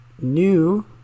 new